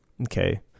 Okay